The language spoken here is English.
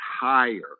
higher